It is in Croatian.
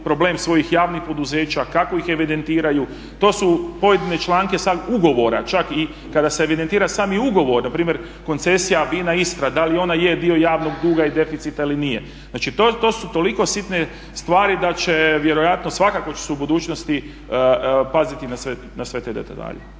problem svojih javnih poduzeća kako ih evidentiraju. To su pojedine članke sad ugovora, čak i kada se evidentira sami ugovor, na primjer koncesija BINA Istra da li ona je dio javnog duga i deficita ili nije. Znači to su toliko sitne stvari da će vjerojatno, svakako će se u budućnosti paziti na sve te detalje.